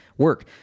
Work